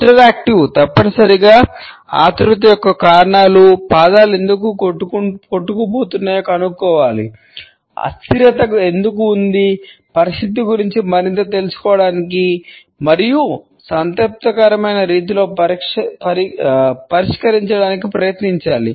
interactive కనుకోవాలి అస్థిరత ఎందుకు ఉంది పరిస్థితి గురించి మరింత తెలుసుకోవడానికి మరియు సంతృప్తికరమైన రీతిలో పరిష్కరించడానికి ప్రయత్నించాలి